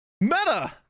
Meta